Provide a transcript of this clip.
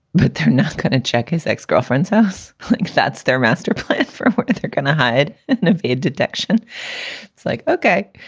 but they're not going to check his ex-girlfriend says that's their master plan for what they're going to hide and evade detection it's like, ok,